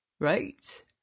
Right